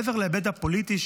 מעבר להיבט הפוליטי,